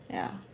yeah